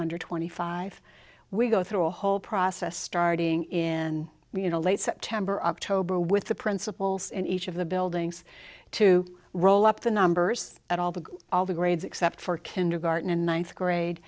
under twenty five we go through a whole process starting in may in a late september october with the principals in each of the buildings to roll up the numbers at all the all the grades except for kindergarten and ninth grade